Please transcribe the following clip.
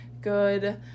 good